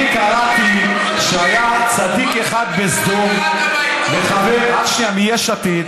אני קראתי שהיה צדיק אחד בסדום מיש עתיד,